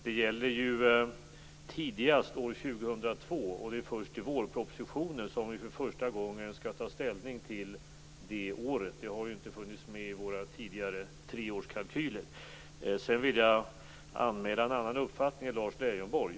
Det gäller ju tidigast år 2002, och det är först i vårpropositionen som vi för första gången skall ta ställning till det året. Det har ju inte funnits med i våra tidigare treårskalkyler. Sedan vill jag anmäla en annan uppfattning än Lars Leijonborgs.